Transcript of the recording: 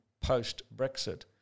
post-Brexit